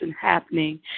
happening